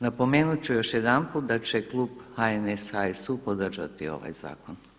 Napomenut ću još jedanput da će klub HNS, HSU podržati ovaj zakon.